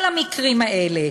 כל המקרים האלה,